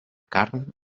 carn